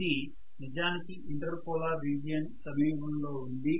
ఇది నిజానికి interpolar region సమీపంలోలో ఉంది